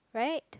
right